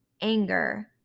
anger